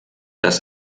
das